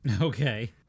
Okay